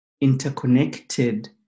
interconnected